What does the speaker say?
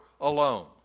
alone